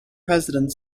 president